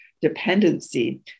dependency